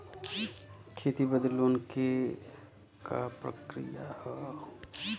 खेती बदे लोन के का प्रक्रिया ह?